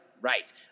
Right